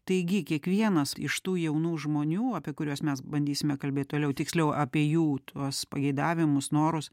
taigi kiekvienas iš tų jaunų žmonių apie kuriuos mes bandysime kalbėt toliau tiksliau apie jų tuos pageidavimus norus